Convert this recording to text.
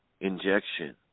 injection